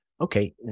Okay